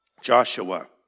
Joshua